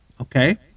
Okay